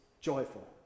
joyful